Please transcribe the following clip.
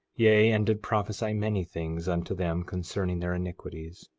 yea, and did prophesy many things unto them concerning their iniquities,